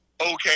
okay